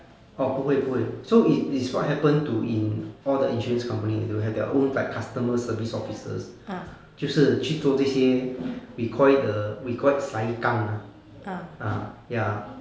orh 不会不会 so if it is what happen to in all the insurance company who have their own like customer service officers 就是去做这些 we call it the we call it ah ya